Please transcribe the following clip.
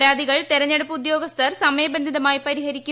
പരാതികൾ തെരഞ്ഞെടുപ്പ് ഉദ്യോഗസ്ഥർ സമയബന്ധിതമായി പരിഹരിക്കും